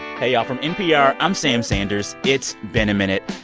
hey, y'all. from npr, i'm sam sanders. it's been a minute.